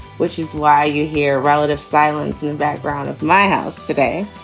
which is why you hear relative silence in the background of my house today.